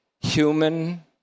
human